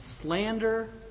slander